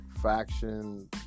faction